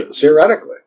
Theoretically